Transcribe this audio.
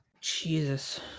Jesus